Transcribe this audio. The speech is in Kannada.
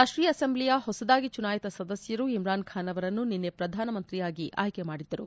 ರಾಷ್ಷೀಯ ಅಸೆಂಬ್ಲಿಯ ಹೊಸದಾಗಿ ಚುನಾಯಿತ ಸದಸ್ಕರು ಇಮ್ರಾನ್ ಖಾನ್ ಅವರನ್ನು ನಿನ್ನೆ ಪ್ರಧಾನಮಂತ್ರಿಯಾಗಿ ಆಯ್ಲೆಮಾಡಿದ್ದರು